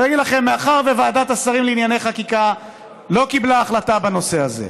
ולהגיד לכם: מאחר שוועדת השרים לענייני חקיקה לא קיבלה החלטה בנושא הזה,